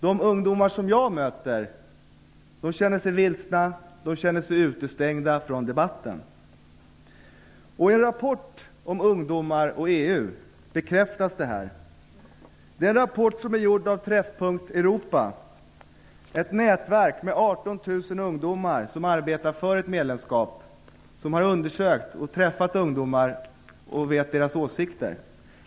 De ungdomar som jag möter känner sig vilsna och utestängda från debatten. I en rapport om ungdomar och EU bekräftas det här. Det är en rapport som är gjord av Träffpunkt Europa, ett nätverk med 18 000 ungdomar som arbetar för ett medlemskap och som har träffat ungdomar och undersökt deras åsikter.